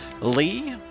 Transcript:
lee